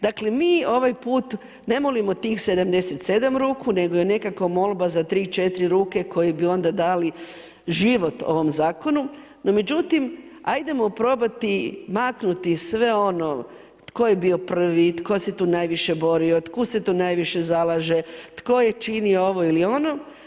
Dakle mi ovaj put ne molimo tih 77 ruku, nego je nekako molba za 3, 4 ruke koje bi onda dali život ovom zakonu, no međutim ajdemo probati maknuti sve ono tko je bio prvi, tko se tu najviše borio, tko se tu najviše zalaže, tko je činio ovo ili ono.